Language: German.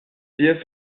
wir